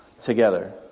Together